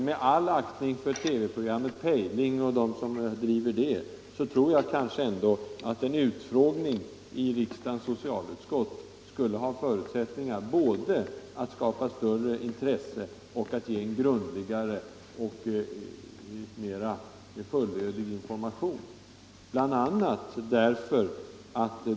Med all aktining för TV-programmet Pejling och dem som producerar det tror jag ändå att en utfråning i riksdagens socialutskott skulle ha förutsättningar både att skapa större intresse och att ge en grundligare och mer fullödig information.